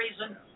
reason